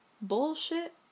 bullshit